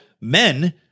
men